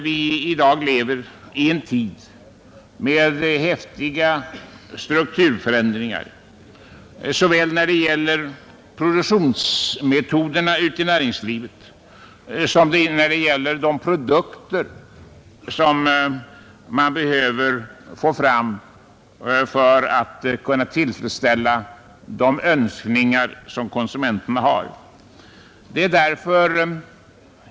Vi lever i en tid av häftiga strukturförändringar både när det gäller produktionsmetoderna i näringslivet och behovet av att få fram de produkter som är nödvändiga för att tillfredsställa konsumenternas önskningar.